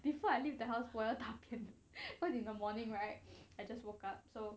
before I leave the house for your 大便 cause in the morning right I just woke up so